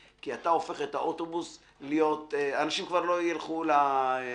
כי אתה הופך את האוטובוס - אנשים כבר לא ילכו לכספומטים.